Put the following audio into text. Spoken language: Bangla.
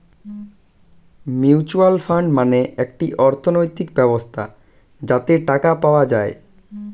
মিউচুয়াল ফান্ড মানে একটি অর্থনৈতিক ব্যবস্থা যাতে টাকা পাওয়া যায়